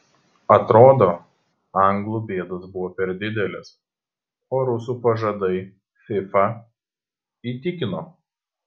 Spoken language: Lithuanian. atrodo anglų bėdos buvo per didelės o rusų pažadai fifa įtikino